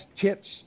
tips